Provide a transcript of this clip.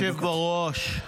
אדוני היושב-ראש,